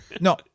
no